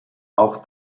auch